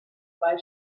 zwei